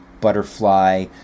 butterfly